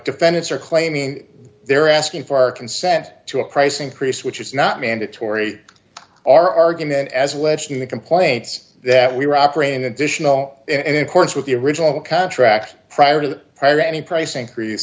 defendants are claiming they're asking for our consent to a price increase which is not mandatory our argument as legit complaints that we were operating additional in accordance with the original contract prior to prayer any price increase